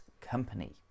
company